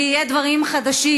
ויהיו דברים חדשים,